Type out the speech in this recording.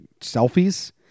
selfies